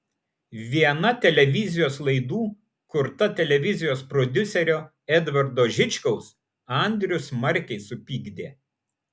viena televizijos laidų kurta televizijos prodiuserio edvardo žičkaus andrių smarkiai supykdė